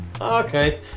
okay